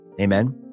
Amen